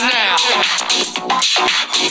now